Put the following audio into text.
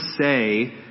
say